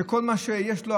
שכל מה שיש לו,